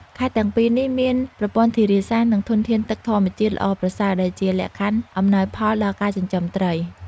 ខេត្តទាំងពីរនេះមានប្រព័ន្ធធារាសាស្ត្រ និងធនធានទឹកធម្មជាតិល្អប្រសើរ ដែលជាលក្ខខណ្ឌអំណោយផលដល់ការចិញ្ចឹមត្រី។